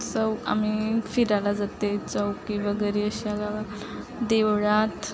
चौ आम्ही फिरायला जाते चौकी वगैरे अशा गावात देवळात